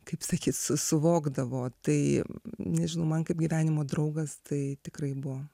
kaip sakyt su suvokdavo tai nežinau man kaip gyvenimo draugas tai tikrai buvo